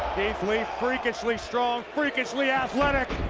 keith lee freakishly strong, freakishly athletic.